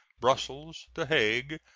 brussels, the hague,